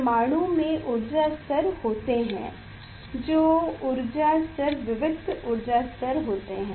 परमाणु में ऊर्जा स्तर होते हैं जो ऊर्जा स्तर विविक्त्त ऊर्जा स्तर होते हैं